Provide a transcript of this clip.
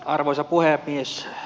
arvoisa puhemies